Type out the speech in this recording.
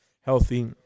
healthy